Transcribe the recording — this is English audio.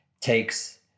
Takes